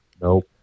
Nope